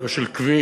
לא של כביש,